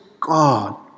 God